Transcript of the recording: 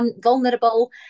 vulnerable